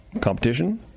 Competition